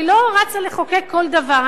אני לא רצה לחוקק כל דבר,